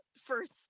First